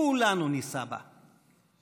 כולנו נישא בה.